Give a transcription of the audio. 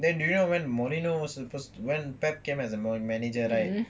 then do you know when mourinho suppose to when pep came as a manager right